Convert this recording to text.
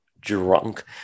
drunk